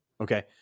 Okay